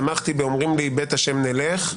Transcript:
שמחתי באומרים לי בית ה' נלך.